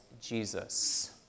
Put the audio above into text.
Jesus